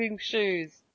shoes